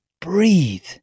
breathe